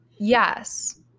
Yes